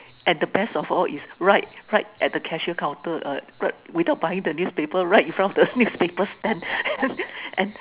and the best of all is right right at the cashier counter uh Grab without buying the newspaper right in front of the newspaper stand and